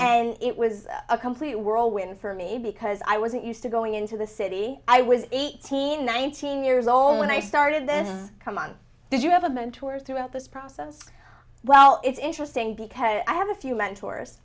and it was a complete whirlwind for me because i wasn't used to going into the city i was eighteen nineteen years old when i started then come on did you have a mentor throughout this process well it's interesting because i have a few